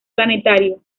planetario